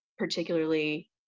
particularly